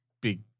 big